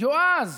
יועז,